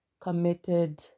committed